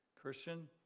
Christian